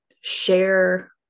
share